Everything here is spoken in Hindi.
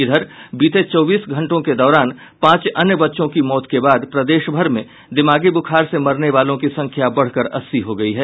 इधर बीते चौबीस घंटों के दौरान पांच अन्य बच्चों की मौत के बाद प्रदेशभर में दिमागी ब्रखार से मरने वालों की संख्या बढ़कर अस्सी हो गई है